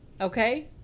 Okay